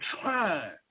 trying